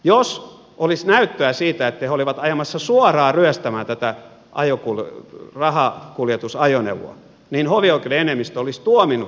jos olisi ollut näyttöä siitä että he olivat ajamassa suoraan ryöstämään tätä rahankuljetusajoneuvoa niin hovioikeuden enemmistö olisi tuominnut heidät ryöstöyrityksestä